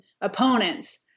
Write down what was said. opponents